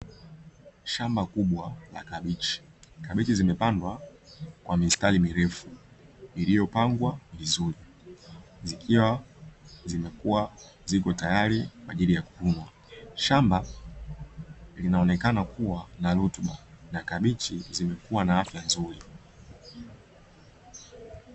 Shamba kubwa la kabichi, kabichi zimepandwa kwa mistari mirefu iliyopangwa vizuri zikiwa zimekuwa zipo tayari kwa ajili ya kuvunwa, shamba linaonekana kuwa na rutuba na kabichi zimekuwa na afya nzuri.